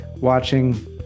watching